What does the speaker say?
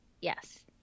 Yes